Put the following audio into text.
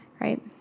right